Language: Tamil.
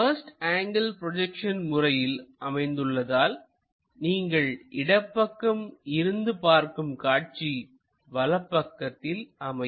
பஸ்ட் ஆங்கிள் ப்ரொஜெக்ஷன் முறையில் அமைந்துள்ளதால் நீங்கள் இடப்பக்கம் இருந்து பார்க்கும் காட்சி வலப்பக்கத்தில் அமையும்